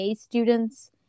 students